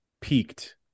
peaked